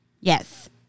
Yes